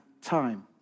Time